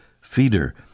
Feeder